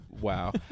wow